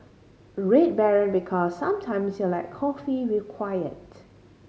Red Baron Because sometimes you like coffee with quiet